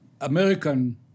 American